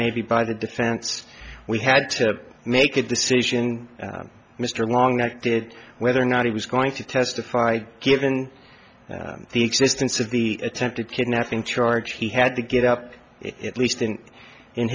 maybe by the defense we had to make a decision mr wong i did whether or not he was going to testify given the existence of the attempted kidnapping charge he had to get up at least in in